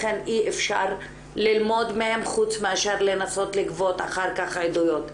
לכן אי אפשר ללמוד מהם חוץ מאשר לנסות לגבות אחר כך עדויות,